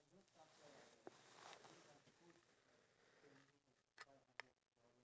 and then after that I'm going to post day one so that I got uh space for day two